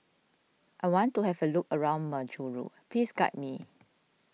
I want to have a look around Majuro please guide me